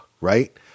Right